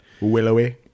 willowy